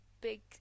big